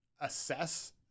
Assess